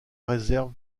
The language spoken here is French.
réserve